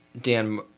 Dan